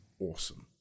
awesome